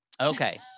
Okay